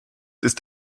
ist